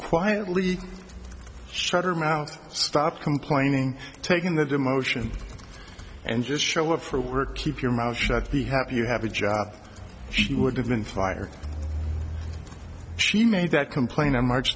quietly shut her mouth stop complaining taking the demotion and just show up for work keep your mouth shut be happy you have a job she would have been fired she made that complaint on march